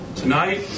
tonight